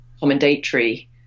commendatory